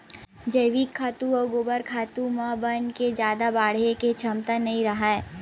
जइविक खातू अउ गोबर खातू म बन के जादा बाड़हे के छमता नइ राहय